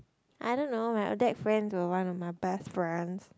I don't know my odac friends were one of my best friends